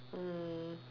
mm